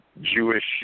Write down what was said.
Jewish